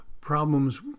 problems